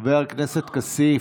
חבר הכנסת כסיף,